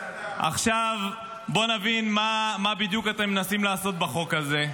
עכשיו בואו נבין מה בדיוק אתם מנסים לעשות בחוק הזה.